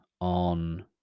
on